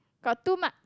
got two mark